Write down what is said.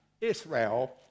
Israel